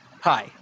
Hi